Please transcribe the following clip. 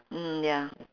mm ya